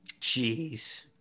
Jeez